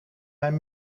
mijn